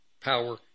power